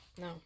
No